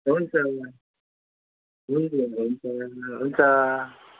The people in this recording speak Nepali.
हुन्छ हुन्छ हुन्छ हुन्छ हुन्छ